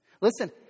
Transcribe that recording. Listen